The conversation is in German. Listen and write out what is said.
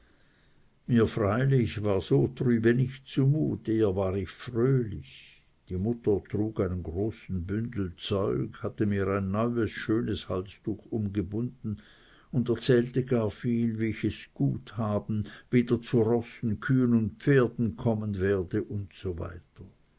mir freilich war so trübe nicht zumute eher war ich fröhlich die mutter trug einen großen bündel zeug hatte mir ein neues schönes halstuch umgebunden und erzählte gar viel wie ich es gut haben wieder zu rossen kühen und pferden kommen werde usw